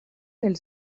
del